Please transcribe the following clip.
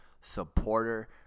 supporter